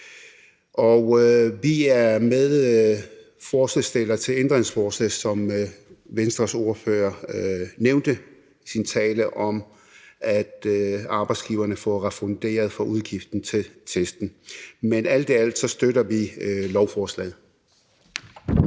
Vi er medforslagsstillere til ændringsforslaget, som Venstres ordfører nævnte i sin tale, om, at arbejdsgiverne får refunderet udgiften til testen. Men alt i alt støtter vi lovforslaget.